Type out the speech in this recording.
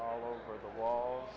all over the wall